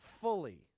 fully